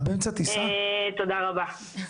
תודה רבה.